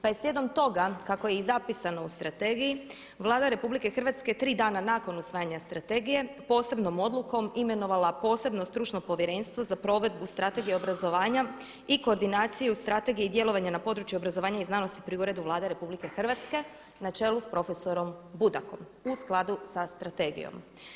Pa je slijedom toga kako je i zapisano u Strategiji Vlada RH tri dana nakon usvajanja Strategije posebnom odlukom imenovala posebno stručno povjerenstvo za provedbu Strategije obrazovanja i koordinaciju Strategije i djelovanje na područje obrazovanja i znanosti pri Uredu Vlade Republike Hrvatske na čelu sa profesorom Budakom u skladu sa Strategijom.